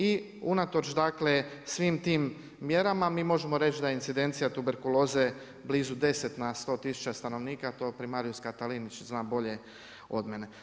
I unatoč dakle svim tim mjerama mi možemo reći da je incidencija tuberkuloze blizu 10 na 100 tisuća stanovnika, to primarius Katalinić zna bolje od mene.